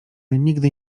nigdy